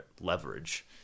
leverage